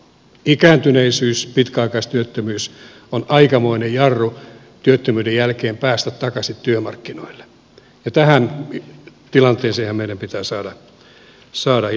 ikääntyneisyys pitkäaikaistyöttömyys on aikamoinen jarru työttömyyden jälkeen päästä takaisin työmarkkinoille ja tähän tilanteeseenhan meidän pitää saada ilman muuta muutos